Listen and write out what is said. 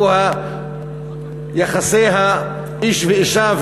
והוא יחסי איש ואישה,